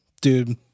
Dude